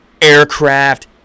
aircraft